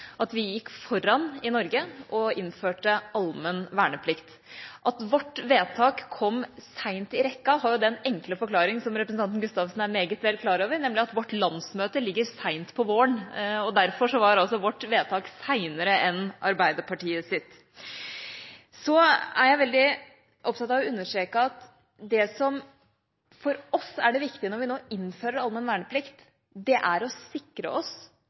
at vi gikk foran i Norge og innførte allmenn verneplikt. At vårt vedtak kom seint i rekka, har den enkle forklaring – som representanten Gustavsen er meget vel klar over – at vårt landsmøte er lagt til seint på våren. Derfor kom altså vårt vedtak seinere enn Arbeiderpartiet sitt. Jeg er veldig opptatt av å understreke at det som for oss er det viktige når vi nå innfører allmenn verneplikt, er å sikre oss